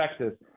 Texas